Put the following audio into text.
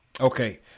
Okay